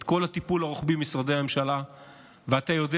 את כל הטיפול הרוחבי במשרדי הממשלה,